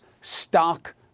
stock